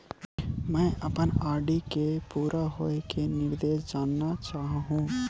मैं अपन आर.डी के पूरा होये के निर्देश जानना चाहहु